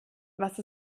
was